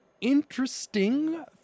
interesting